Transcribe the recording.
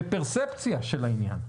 בפרספציה של העניין.